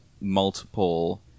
multiple